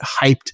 hyped